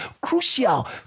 crucial